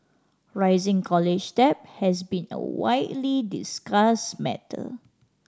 rising college debt has been a widely discussed matter